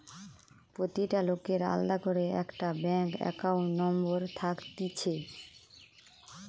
প্রতিটা লোকের আলদা করে একটা ব্যাঙ্ক একাউন্ট নম্বর থাকতিছে